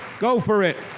go for it!